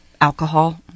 alcohol